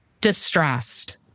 distressed